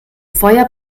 feuer